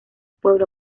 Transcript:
pueblo